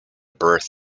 birth